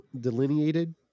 delineated